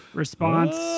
response